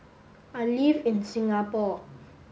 I live in Singapore